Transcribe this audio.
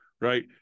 Right